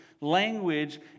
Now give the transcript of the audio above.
language